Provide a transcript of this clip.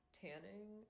tanning